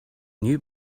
new